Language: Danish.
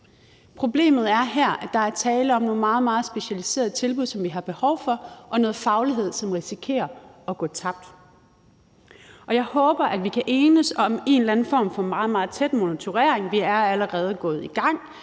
Problemet er her, at der er tale om nogle meget, meget specialiserede tilbud, som vi har behov for, og noget faglighed, som risikerer at gå tabt. Jeg håber, vi kan enes om en eller anden form for meget, meget tæt monitorering. Vi er allerede gået i gang